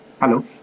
Hello